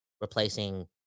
replacing